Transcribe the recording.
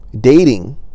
dating